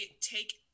take